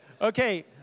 Okay